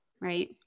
Right